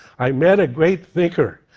i met a great thinker.